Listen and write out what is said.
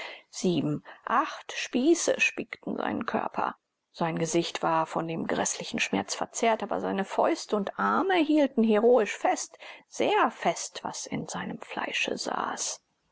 sieben acht spieße spickten seinen körper sein gesicht war von dem gräßlichen schmerz verzerrt aber seine fäuste und arme hielten heroisch fest sehr fest was in seinem fleische saß